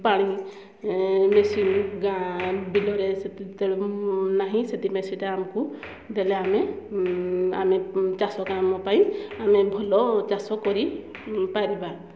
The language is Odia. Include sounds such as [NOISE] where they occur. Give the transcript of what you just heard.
ପାଣି ମେସିନ୍ ଗାଁ ବିଲରେ [UNINTELLIGIBLE] ନାହିଁ ସେଥିପାଇଁ ସେଇଟା ଆମକୁ ଦେଲେ ଆମେ ଆମେ ଚାଷ କାମ ପାଇଁ ଆମେ ଭଲ ଚାଷ କରି ପାରିବା